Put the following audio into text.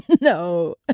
No